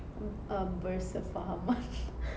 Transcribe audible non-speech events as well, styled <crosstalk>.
um bersefahaman <laughs>